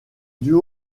duo